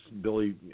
Billy